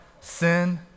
sin